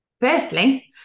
firstly